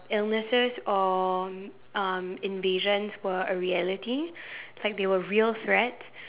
illnesses or um invasions were a reality like they were real threats